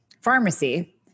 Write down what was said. pharmacy